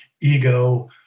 ego